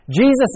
Jesus